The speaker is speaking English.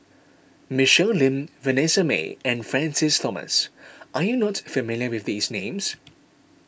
Michelle Lim Vanessa Mae and Francis Thomas are you not familiar with these names